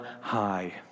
high